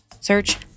search